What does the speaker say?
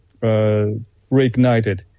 reignited